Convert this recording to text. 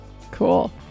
Cool